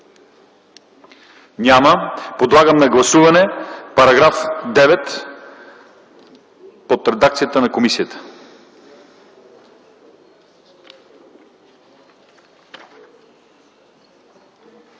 Няма. Подлагам на гласуване § 9 под редакцията на комисията.